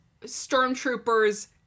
stormtroopers